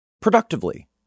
productively